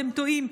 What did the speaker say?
אתם טועים.